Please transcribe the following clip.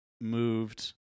moved